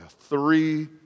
three